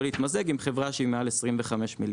להתמזג עם חברה שהיא מעל 25 מיליון.